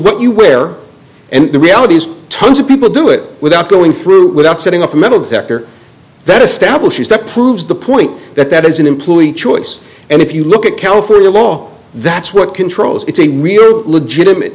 what you wear and the reality is tons of people do it without going through without setting off a metal detector that establishes that proves the point that that is an employee choice and if you look at california law that's what controls it's a real legitimate